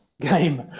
game